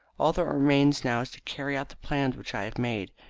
all that remains now is to carry out the plans which i have made,